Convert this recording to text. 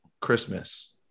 Christmas